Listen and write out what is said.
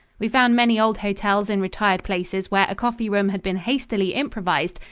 we found many old hotels in retired places where a coffee room had been hastily improvised,